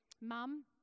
Mum